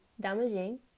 damaging